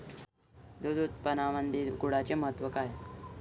दूध उत्पादनामंदी गुळाचे महत्व काय रायते?